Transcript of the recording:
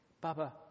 Baba